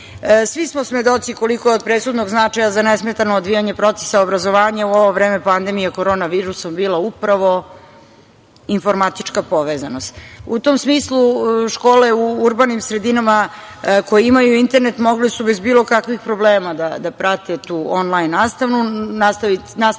smo svedoci koliko je od presudnog značaja za nesmetano odvijanje procesa obrazovanja u ovo vreme pandemija korona virusom bila upravo informatička povezanost. U tom smislu, škole u urbanim sredinama koje imaju internet mogle su bez bilo kakvih problema da prate tu onlajn nastavu.